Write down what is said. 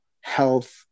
health